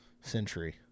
Century